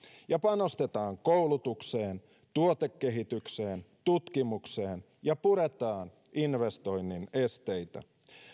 panostetaan koulutukseen tuotekehitykseen ja tutkimukseen ja puretaan investoinnin esteitä